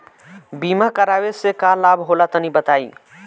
बीमा करावे से का लाभ होला तनि बताई?